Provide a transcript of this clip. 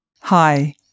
Hi